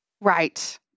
Right